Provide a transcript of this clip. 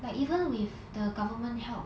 like even with the government help